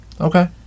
Okay